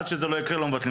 עד שזה לא יקרה, לא מבטלים